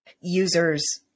users